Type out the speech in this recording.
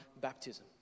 baptism